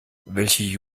welche